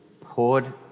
poured